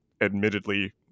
admittedly